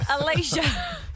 Alicia